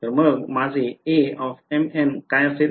तर मग माझे Amn काय असेल